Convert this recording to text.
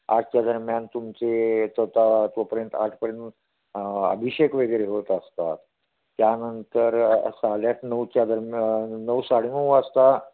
आठच्या दरम्यान तुमचे तोता तोपर्यंत आठपर्यंत अभिषेक वगैरे होत असतात त्यानंतर साडे आठ नऊच्या दरम्यान नऊ साडे नऊ वाजता